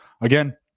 again